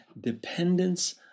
dependence